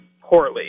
poorly